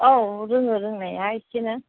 औ रोङो रोंनाया एसेनो